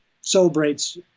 celebrates